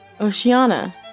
Oceana